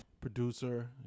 producer